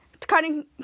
Cutting